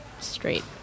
straight